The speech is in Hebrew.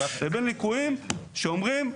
לבין ליקויים שאומרים,